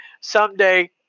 Someday –